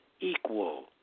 equal